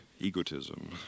egotism